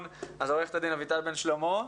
לעורכת הדין אביטל בן שלמה.